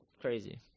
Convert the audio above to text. crazy